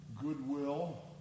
goodwill